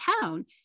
town